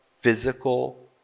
physical